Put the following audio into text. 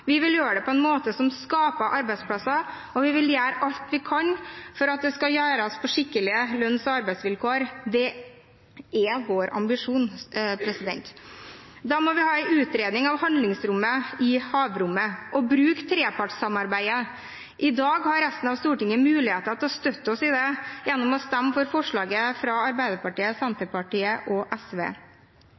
vi vil gjøre det på en måte som skaper arbeidsplasser, og vi vil gjøre alt vi kan for at det skal gjøres med skikkelige lønns- og arbeidsvilkår. Det er vår ambisjon. Da må vi ha en utredning av handlingsrommet i havrommet og bruke trepartssamarbeidet. I dag har resten av Stortinget mulighet til å støtte oss i det, gjennom å stemme for forslaget fra Arbeiderpartiet, Senterpartiet og SV.